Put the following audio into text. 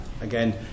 Again